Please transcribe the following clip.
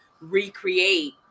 recreate